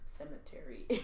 Cemetery